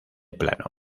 plano